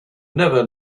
never